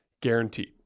guaranteed